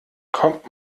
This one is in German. kommt